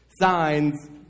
signs